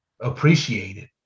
appreciated